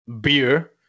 beer